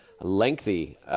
lengthy